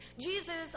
Jesus